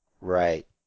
Right